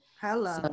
Hello